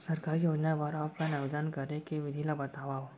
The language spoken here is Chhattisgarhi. सरकारी योजना बर ऑफलाइन आवेदन करे के विधि ला बतावव